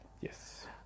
Yes